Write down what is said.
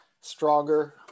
stronger